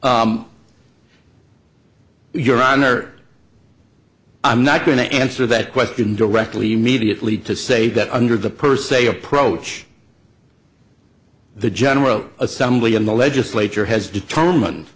so your honor i'm not going to answer that question directly immediately to say that under the per se approach the general assembly in the legislature has determine